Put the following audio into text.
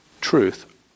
truth